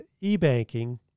e-banking